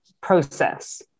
process